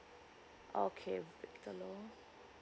okay victor